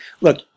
look